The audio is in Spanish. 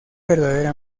verdadera